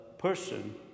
person